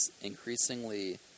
increasingly